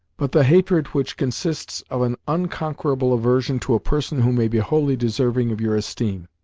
but the hatred which consists of an unconquerable aversion to a person who may be wholly deserving of your esteem,